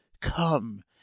come